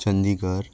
Chandigarh